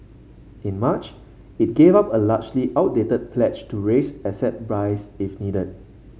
in March it gave up a largely outdated pledge to raise asset buys if needed